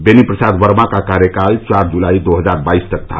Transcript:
बेनी प्रसाद वर्मा का कार्यकाल चार जुलाई दो हजार बाईस तक था